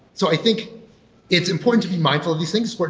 so i think it's important to be mindful of these things. but